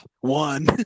one